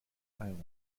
islands